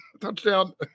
Touchdown